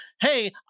hey